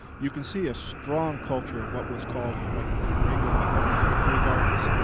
you can see a strong culture of what was called, like, for england they call them the victory gardens,